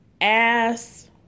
ass